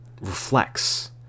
reflects